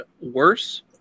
worse